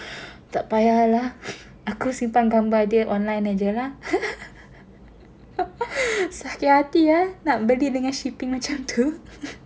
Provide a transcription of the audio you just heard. tak payah lah aku simpan gambar dia online aja lah sakit hati eh nak beli dengan shipping macam tu